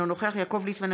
אינו נוכח יעקב ליצמן,